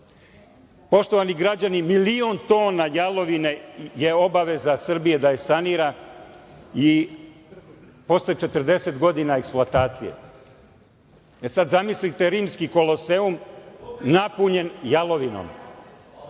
sanacija. Poštovani građani milion tona jalovine je obaveza Srbije da je sanira posle 40 godina eksploatacije. Zamislite Rimski koloseum napunjen jalovinom.